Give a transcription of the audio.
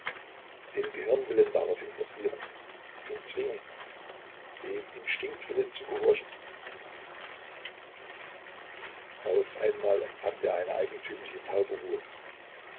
den gehirnwillen daraufhin dressieren ihn zwingen dem instinktwillen zu gehorchen auf einmal empfand er eine eigentümliche taube ruhe